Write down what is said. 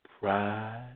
Pride